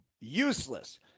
useless